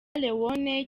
leone